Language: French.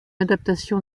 adaptation